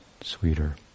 sweeter